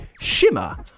Shimmer